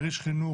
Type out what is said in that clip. איש חינוך,